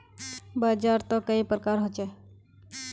बाजार त कई प्रकार होचे?